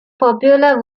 popular